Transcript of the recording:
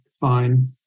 fine